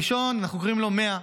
הראשון, אנחנו קוראים לו 100,